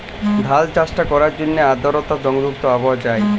ধাল চাষট ক্যরার জ্যনহে আদরতা সংযুক্ত আবহাওয়া চাই